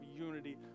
unity